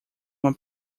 uma